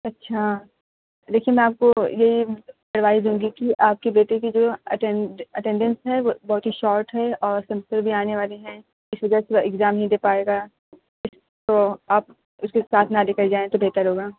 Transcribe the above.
اچھا لیکن میں آپ کو یہ ایڈوائز دوں گی کہ آپ کے بیٹے کی جو اٹینڈینس ہے وہ بہت ہی شارٹ ہے اور سمسٹر بھی آنے والے ہیں اِس وجہ سے وہ ایگزام نہیں دے پائے گا تو آپ اِس کو ساتھ نہ لے کر جائیں تو بہتر ہوگا